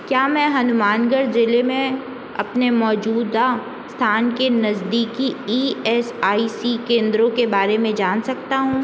क्या मैं हनुमानगढ़ जिला में अपने मौजूदा स्थान के नज़दीकी ई एस आई सी केंद्रों के बारे में जान सकता हूँ